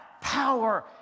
power